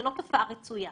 זו לא תופעה רצויה.